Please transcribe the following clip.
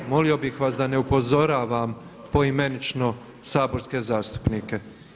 Molio bih vas da ne upozoravam poimenično saborske zastupnike.